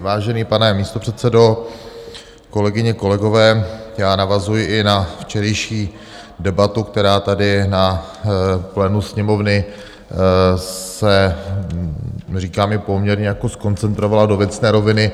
Vážený pane místopředsedo, kolegyně, kolegové, já navazuji i na včerejší debatu, která tady na plénu Sněmovny se, říkám, i poměrně jako zkoncentrovala do věcné roviny.